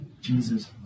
Jesus